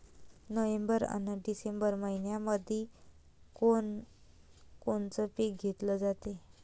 November अन December मइन्यामंधी कोण कोनचं पीक घेतलं जाते?